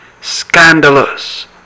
Scandalous